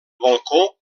balcó